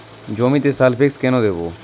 জমিতে সালফেক্স কেন দেবো?